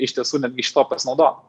iš tiesų net šituo pasinaudot